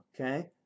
Okay